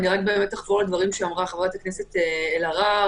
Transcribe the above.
רק על הדברים שאמרה חברת הכנסת אלהרר,